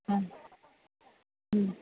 हं